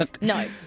No